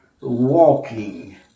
walking